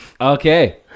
okay